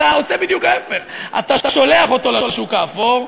אתה עושה בדיוק ההפך: אתה שולח אותו לשוק האפור,